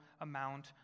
amount